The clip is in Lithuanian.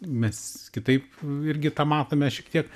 mes kitaip irgi tą matome šiek tiek